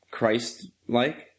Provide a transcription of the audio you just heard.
Christ-like